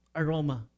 aroma